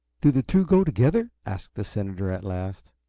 do the two go together? asked the senator, at last.